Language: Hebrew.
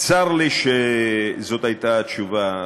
צר לי שזאת הייתה התשובה.